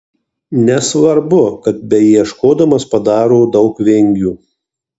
nesvarbu kad beieškodamas padaro daug vingių